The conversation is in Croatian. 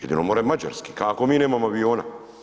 Jedino more mađarski, ako mi nemamo aviona.